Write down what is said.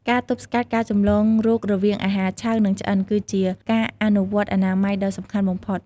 ការទប់ស្កាត់ការចម្លងរោគ្គរវាងអាហារឆៅ និងឆ្អិន គឺជាការអនុវត្តអនាម័យដ៏សំខាន់បំផុត។